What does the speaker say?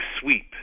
sweep